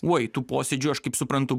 oi tų posėdžių aš kaip suprantu